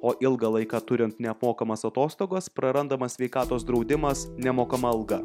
o ilgą laiką turint neapmokamas atostogas prarandamas sveikatos draudimas nemokama alga